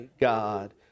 God